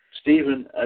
Stephen